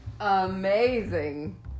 amazing